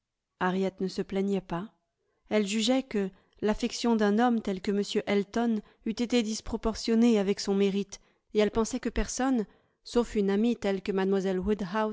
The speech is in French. harriet ne se plaignait pas elle jugeait que l'affection d'un homme tel que m elton eût été disproportionnée avec son mérite et elle pensait que personne sauf une amie telle que